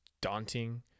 daunting